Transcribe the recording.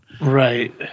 Right